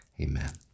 amen